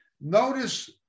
Notice